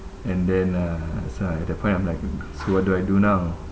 and then uh so uh at that point I'm like so what do I do now